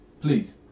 Please